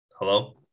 Hello